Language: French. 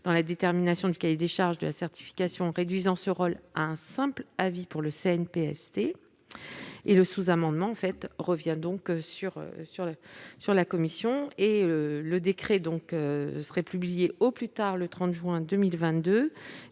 dans la détermination du cahier des charges de la certification, réduisant ce rôle à un simple avis pour le CNPST. Le sous-amendement de la commission revient sur ce point. D'autre part, le décret serait publié au plus tard le 30 juin 2022.